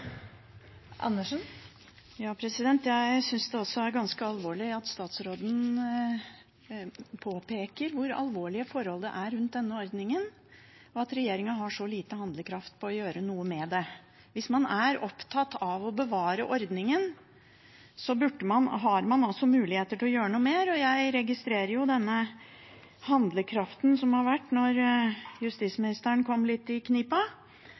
ganske alvorlig at statsråden påpeker hvor alvorlige forhold det er rundt denne ordningen, og at regjeringen har så lite handlekraft med tanke på å gjøre noe med det. Hvis man er opptatt av å bevare ordningen, har man mulighet til å gjøre noe mer – og jeg registrerer denne handlekraften som var da justisministeren kom litt i knipa.